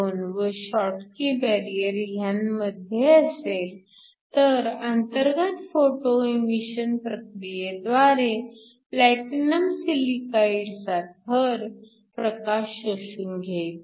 12 व Schottky barrier ह्यांमध्ये असेल तर अंतर्गत फोटो एमिशन प्रक्रियेद्वारे प्लॅटिनम सिलिकाईडचा थर प्रकाश शोषून घेईल